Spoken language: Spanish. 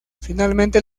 finalmente